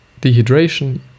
dehydration